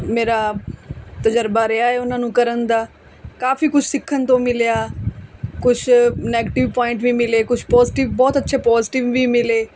ਮੇਰਾ ਤਜ਼ਰਬਾ ਰਿਹਾ ਹੈ ਉਹਨਾਂ ਨੂੰ ਕਰਨ ਦਾ ਕਾਫੀ ਕੁਛ ਸਿੱਖਣ ਤੋਂ ਮਿਲਿਆ ਕੁਛ ਨੈਗਟਿਵ ਪੁਆਇੰਟ ਵੀ ਮਿਲੇ ਕੁਛ ਪੋਜੀਟਿਵ ਬਹੁਤ ਅੱਛੇ ਪੋਜੀਟਿਵ ਵੀ ਮਿਲੇ